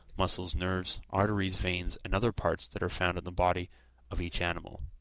muscles, nerves, arteries, veins, and other parts that are found in the body of each animal.